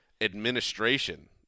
administration